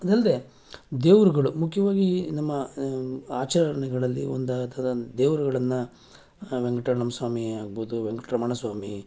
ಅದಲ್ಲದೆ ದೇವರುಗಳು ಮುಖ್ಯವಾಗಿ ನಮ್ಮ ಆಚರಣೆಗಳಲ್ಲಿ ಒಂದಾದ ದೇವರುಗಳನ್ನು ವೆಂಕಟರಮಣ ಸ್ವಾಮಿ ಆಗ್ಬೋದು ವೆಂಕಟರಮಣ ಸ್ವಾಮಿ